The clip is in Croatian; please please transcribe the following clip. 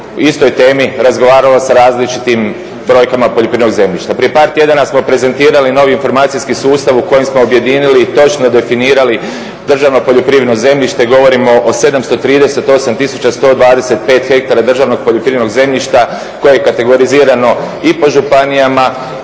o istoj temi razgovaralo s različitim brojkama poljoprivrednog zemljišta. Prije par tjedana smo prezentirali novi informacijski sustav u kojem smo objedinili i točno definirali državno poljoprivredno zemljište. Govorimo o 738125 ha državnog poljoprivrednog zemljišta koje je kategorizirano i po županijama